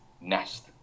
nest